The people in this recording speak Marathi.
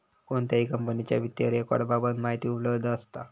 कोणत्याही कंपनीच्या वित्तीय रेकॉर्ड बाबत माहिती उपलब्ध असता